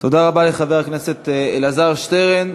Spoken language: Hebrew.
תודה רבה לחבר הכנסת אלעזר שטרן.